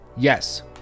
Yes